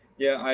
yeah,